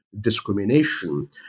discrimination